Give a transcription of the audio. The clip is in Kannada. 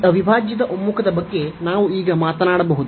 ಈ ಅವಿಭಾಜ್ಯದ ಒಮ್ಮುಖದ ಬಗ್ಗೆ ನಾವು ಈಗ ಮಾತನಾಡಬಹುದು